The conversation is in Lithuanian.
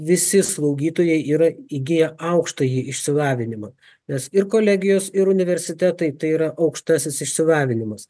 visi slaugytojai yra įgiję aukštąjį išsilavinimą nes ir kolegijos ir universitetai tai yra aukštasis išsilavinimas